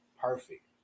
perfect